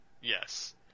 Yes